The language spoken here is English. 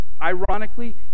Ironically